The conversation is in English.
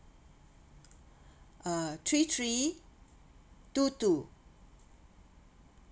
uh three three two two